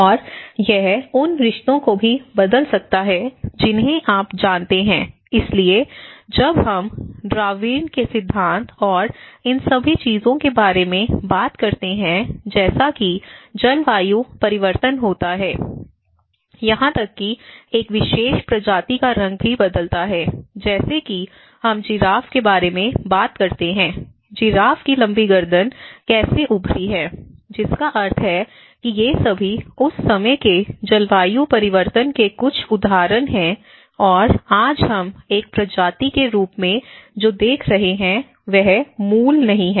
और यह उन रिश्तों को भी बदल सकता है जिन्हें आप जानते हैं इसलिए जब हम डार्विन के सिद्धांत और इन सभी चीजों के बारे में बात करते हैं जैसा कि जलवायु परिवर्तन होता है यहां तक कि एक विशेष प्रजाति का रंग भी बदलता है जैसे कि हम जिराफ के बारे में बात करते हैं जिराफ की लंबी गर्दन कैसे उभरी है जिसका अर्थ है कि ये सभी उस समय के जलवायु परिवर्तन के कुछ उदाहरण हैं और आज हम एक प्रजाति के रूप में जो देख रहे हैं वह मूल नहीं है